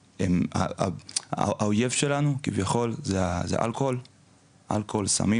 האויב שלנו כביכול הוא אלכוהול וסמים